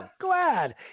Glad